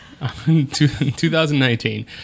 2019